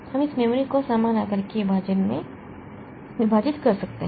हम इस मेमोरी को समान आकार के विभाजन में विभाजित कर सकते हैं